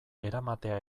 eramatea